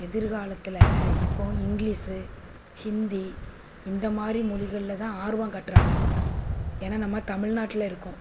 எதிர்காலத்தில் இப்போது இங்கிலீஷு ஹிந்தி இந்தமாதிரி மொழிகள்ல தான் ஆர்வம் காட்டுறாங்க ஏன்னா நம்ம தமில்நாட்டில இருக்கோம்